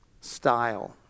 style